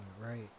right